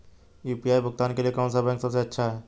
UPI भुगतान के लिए कौन सा बैंक सबसे अच्छा है?